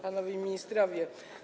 Panowie Ministrowie!